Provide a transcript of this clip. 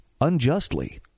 unjustly